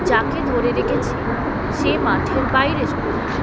যাকে ধরে রেখেছে সে মাঠের বাইরে চলে যাবে